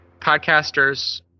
podcasters